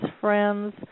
friends